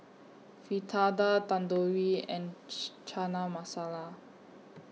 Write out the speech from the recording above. Fritada Tandoori and Chana Masala